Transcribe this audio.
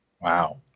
Wow